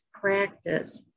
practice